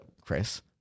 Chris